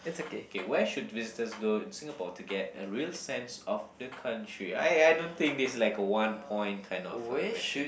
okay where should visitors go in Singapore to get a real sense of the country I I don't think this is like a one point kind of a question